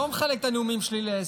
לא מחלק את הנאומים שלי לעשר.